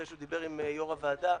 אחרי שהוא דיבר עם יושב-ראש הוועדה,